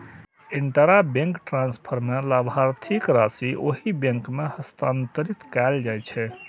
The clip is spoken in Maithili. इंटराबैंक ट्रांसफर मे लाभार्थीक राशि ओहि बैंक मे हस्तांतरित कैल जाइ छै